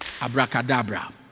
Abracadabra